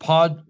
Pod